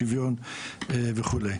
השוויון וכו'.